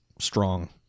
strong